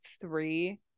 three